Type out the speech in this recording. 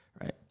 Right